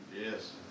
Yes